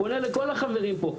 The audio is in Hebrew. פונה לכל החברים פה,